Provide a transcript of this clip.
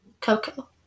Coco